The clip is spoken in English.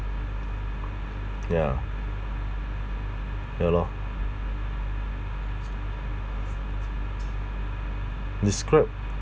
ya ya lor describe